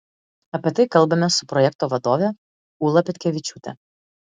apie tai kalbamės su projekto vadove ūla petkevičiūte